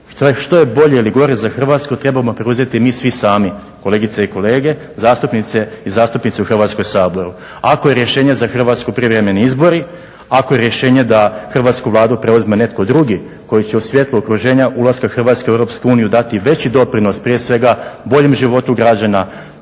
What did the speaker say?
što je bolje ili gore za Hrvatsku trebamo preuzeti mi svi sami, kolegice i kolege zastupnice i zastupnici u Hrvatskom saboru. Ako je rješenje za Hrvatsku privremeni izbori, ako je rješenje da Hrvatsku Vladu preuzme netko drugi koji će u svjetlu okruženja ulaska Hrvatske u Europsku uniju dati veći doprinos prije svega boljem životu građana